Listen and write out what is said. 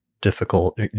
difficult